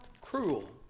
cruel